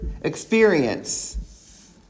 experience